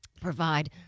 provide